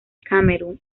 camerún